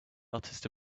artist